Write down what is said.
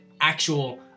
actual